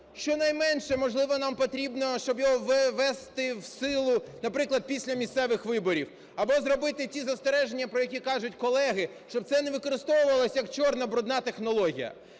щонайменше, можливо, нам потрібно, щоб його ввести в силу, наприклад, після місцевих виборів. Або зробити ті застереження, про які кажуть колеги, щоб це не використовувалося, як чорна, брудна технологія.